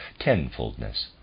tenfoldness